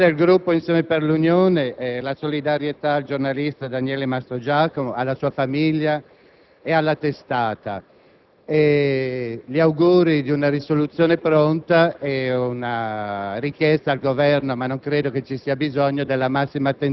Signor Presidente, onorevoli colleghi, a nome del Gruppo Insieme con l'Unione esprimo la nostra solidarietà al giornalista Daniele Mastrogiacomo, alla sua famiglia e alla testata,